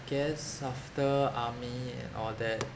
guess after army and all that